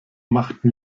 machten